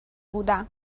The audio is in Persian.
بودم